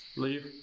leave